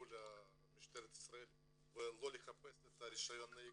מול משטרת ישראל ולא לחפש את רישיון הנהיגה,